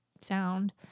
sound